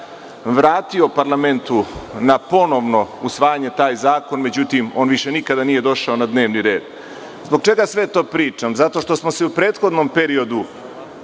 vratio parlamentu na ponovno usvajanje taj zakon, međutim on više nikada nije došao na dnevni red. Zbog čega sve to pričam? Zato što smo se u prethodnom periodu